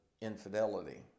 infidelity